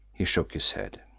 he shook his head.